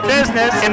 Business